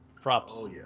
props